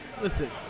Listen